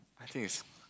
I think it's